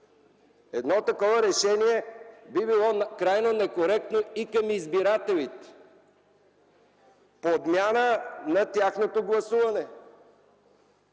Едно такова решение би било крайно некоректно към избирателите – подмяна на тяхното гласуване.